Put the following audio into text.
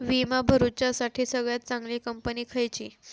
विमा भरुच्यासाठी सगळयात चागंली कंपनी खयची?